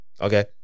Okay